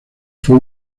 fue